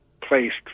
placed